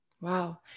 wow